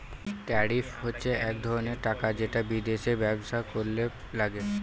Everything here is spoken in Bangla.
ট্যারিফ হচ্ছে এক ধরনের টাকা যেটা বিদেশে ব্যবসা করলে লাগে